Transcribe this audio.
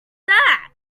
that